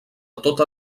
tota